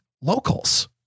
locals